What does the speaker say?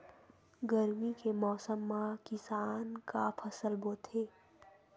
गरमी के मौसम मा किसान का फसल बोथे?